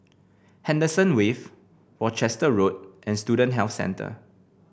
Henderson Wave Worcester Road and Student Health Centre